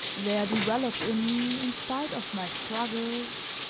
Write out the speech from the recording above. there developed in me, in spite of my struggles,